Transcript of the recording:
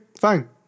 fine